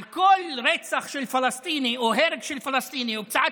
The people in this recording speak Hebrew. על כל רצח של פלסטיני או הרג של פלסטיני או פציעת